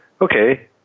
Okay